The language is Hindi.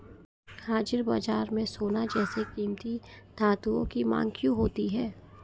हाजिर बाजार में सोना जैसे कीमती धातुओं की मांग क्यों होती है